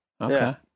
Okay